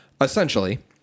Essentially